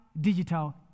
digital